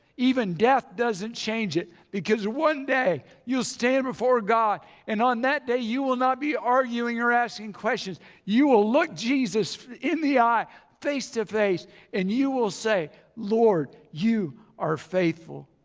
even death doesn't change it because one day you'll stand before god and on that day you will not be arguing or asking questions. you will look jesus in the eye face to face and you will say lord you are faithful.